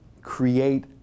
create